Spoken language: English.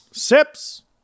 Sips